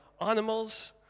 animals